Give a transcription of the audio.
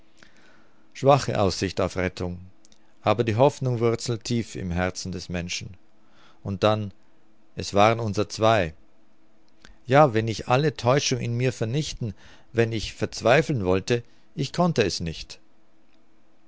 schwache aussicht auf rettung aber die hoffnung wurzelt tief im herzen des menschen und dann es waren unser zwei ja wenn ich alle täuschung in mir vernichten wenn ich verzweifeln wollte ich konnte es nicht